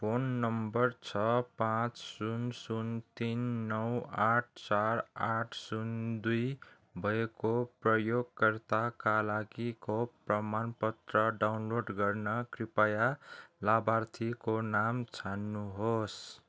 phone number छ पाँच शून्य शून्य तिन नौ आठ चार आठ शून्य दुई भएको प्रयोगकर्ताका लागि खोप प्रमाणपत्र डाउनलोड गर्न कृपया लाभार्थीको नाम छान्नुहोस्